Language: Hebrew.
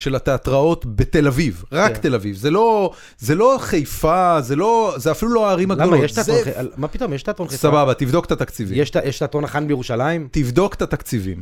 של התיאטראות בתל אביב, רק תל אביב. זה לא חיפה, זה אפילו לא הערים הגדולות. למה יש תיאטרון חיפה? מה פתאום יש תיאטרון חיפה? סבבה, תבדוק את התקציבים. יש תיאטרון חיפה החאן בירושלים? תבדוק את התקציבים.